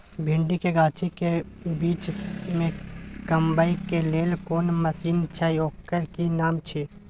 भिंडी के गाछी के बीच में कमबै के लेल कोन मसीन छै ओकर कि नाम छी?